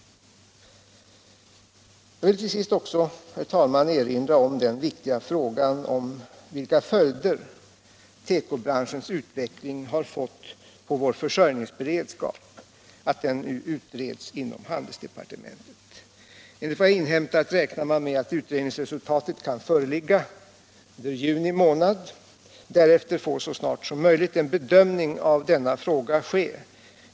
Jag vill till sist också erinra om att den viktiga frågan om vilka följder tekobranschens utveckling har fått på vår försörjningsberedskap nu utreds inom handelsdepartementet. Enligt vad jag inhämtat räknar man med att utredningsresultatet kan föreligga under juni månad. Därefter får så snart som möjligt en bedömning av denna fråga ske.